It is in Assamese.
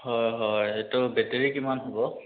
হয় হয় এইটো বেটেৰী কিমান হ'ব